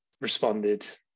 responded